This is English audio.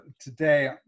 today